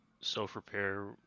self-repair